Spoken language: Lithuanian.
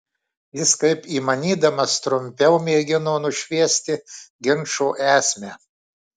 jis kaip įmanydamas trumpiau mėgino nušviesti ginčo esmę